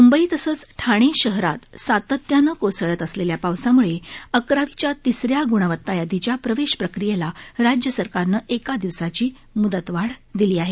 मुंबई तसंच ठाणे शहरात सातत्यानं कोसळत असलेल्या पावसामुळे अकरावीच्या तिसऱ्या ग्णवत्ता यादीच्या प्रवेश प्रक्रियेला राज्य सरकारनं एका दिवसाची मुदतवाढ दिली आहे